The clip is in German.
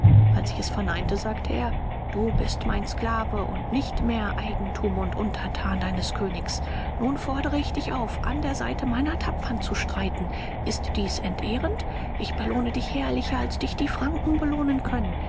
als ich es verneinte sagte er du bist mein sklave und nicht mehr eigentum und unterthan deines königs nun fordere ich dich auf an der seite meiner tapfern zu streiten ist dies entehrend ich belohne dich herrlicher als dich die franken belohnen können